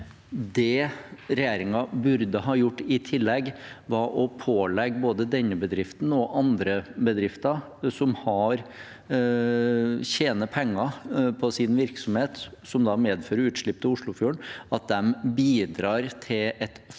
det regjeringen burde ha gjort i tillegg, var å pålegge både denne bedriften og andre bedrifter som tjener penger på sin virksomhet, og som medfører utslipp i Oslofjorden, å bidra til et fond for